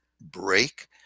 break